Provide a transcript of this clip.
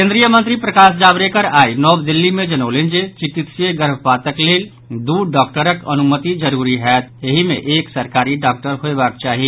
केन्द्रीय मंत्री प्रकाश जावड़ेकर आई नव दिल्ली मे जनौलनि जे चिकित्सीय गर्भपातक लेल दू डॉक्टरक अनुमति जरूरी होयत एहि मे एक सरकारी डॉक्टर होयबाक चाही